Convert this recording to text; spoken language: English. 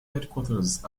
headquarters